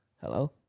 Hello